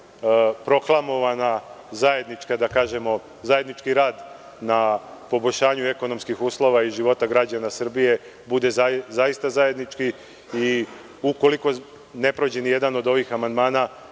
i da na taj način proklamovan zajednički rad na poboljšanju ekonomskih uslova i života građana Srbije bude zaista zajednički i ukoliko ne prođe ni jedan od ovih amandmana